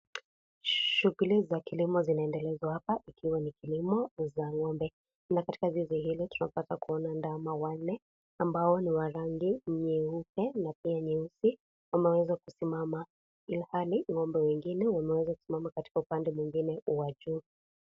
Shughuli za kilimo zinaendelezwa hapa ikiwa ni kilimo za ngombe. Katika kilimo hizo tunapata kuona ndama wanne ambao ni wa rangi nyeupe na pia nyeusi wameweza kusimama ilhali ngombe wengine umeweza kisimama katika upande mwingine wa juu.